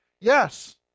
Yes